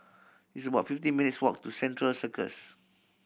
it's about fifty minutes' walk to Central Circus